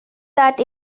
that